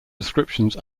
descriptions